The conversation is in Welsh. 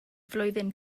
flwyddyn